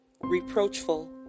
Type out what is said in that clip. reproachful